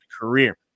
career